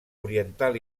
oriental